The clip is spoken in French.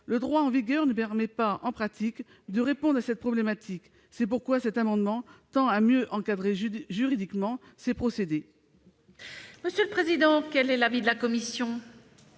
Le droit en vigueur ne permet pas, en pratique, de répondre à cette problématique. C'est pourquoi cet amendement tend à mieux encadrer juridiquement ces procédés. Quel est l'avis de la commission ?